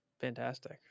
Fantastic